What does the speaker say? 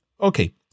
Okay